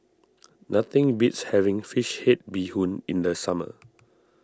nothing beats having Fish Head Bee Hoon in the summer